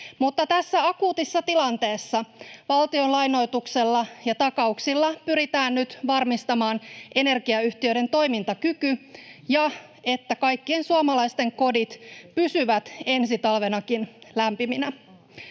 tässä akuutissa tilanteessa valtion lainoituksella ja takauksilla pyritään nyt varmistamaan energiayhtiöiden toimintakyky ja se, että kaikkien suomalaisten kodit pysyvät ensi talvenakin lämpiminä.